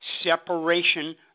separation